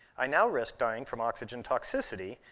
i now risked dying from oxygen toxicity,